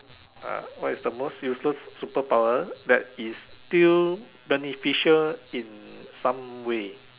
ah what is the most useless super power that is still beneficial in some way